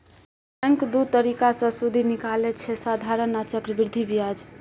bank दु तरीका सँ सुदि निकालय छै साधारण आ चक्रबृद्धि ब्याज